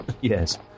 Yes